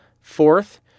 Fourth